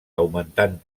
augmentant